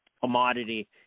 commodity